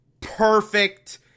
perfect